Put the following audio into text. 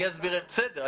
בסדר.